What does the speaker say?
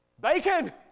Bacon